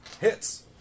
Hits